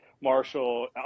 marshall